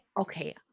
okay